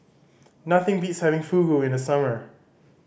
nothing beats having Fugu in the summer